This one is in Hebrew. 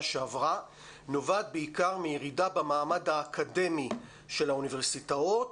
שעברה נובעת בעיקר מירידה במעמד האקדמי של האוניברסיטאות